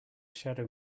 shadow